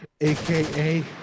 aka